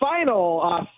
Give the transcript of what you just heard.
final